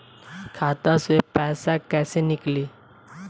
खाता से पैसा कैसे नीकली?